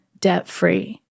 debt-free